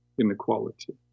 inequality